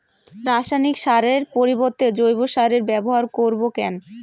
রাসায়নিক সারের পরিবর্তে জৈব সারের ব্যবহার করব কেন?